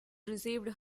received